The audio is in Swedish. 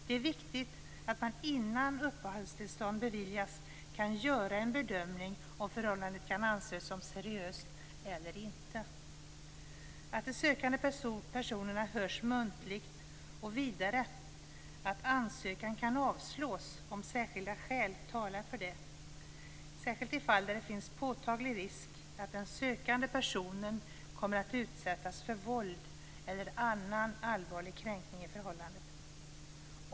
Det är viktigt att man innan uppehållstillstånd beviljas kan göra en bedömning av om förhållandet kan anses som seriöst eller inte, att de sökande personerna hörs muntligt och vidare att ansökan kan avslås om särskilda skäl talar för det, särskilt i fall där det finns påtaglig risk för att den sökande personen kommer att utsättas för våld eller annan allvarlig kränkning i förhållandet.